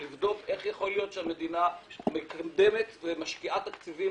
לבדוק איך יכול להיות שהמדינה מקדמת ומשקיעה תקציבים